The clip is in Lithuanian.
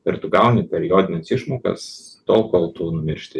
ir tu gauni periodines išmokas tol kol tu numiršti